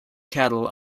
cattle